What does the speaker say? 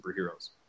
superheroes